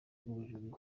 rw’ubujurire